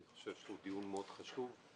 אני חושב שהוא דיון מאוד חשוב.